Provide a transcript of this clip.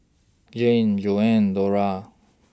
Jeanie Joanna Dora